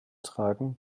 tragen